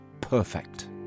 perfect